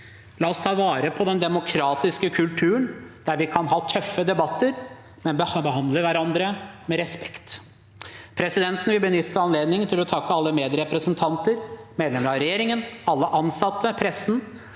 La oss ta vare på den demokratiske kulturen, der vi kan ha tøffe debatter, men behandle hverandre med respekt. Presidenten vil benytte anledningen til å takke alle medrepresentanter, medlemmer av regjeringen, alle ansatte, pressen